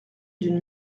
d’une